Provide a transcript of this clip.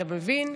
אתה מבין?